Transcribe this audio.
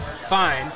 fine